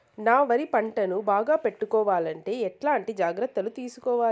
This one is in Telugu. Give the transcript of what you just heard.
నా వరి పంటను బాగా పెట్టుకోవాలంటే ఎట్లాంటి జాగ్రత్త లు తీసుకోవాలి?